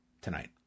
tonight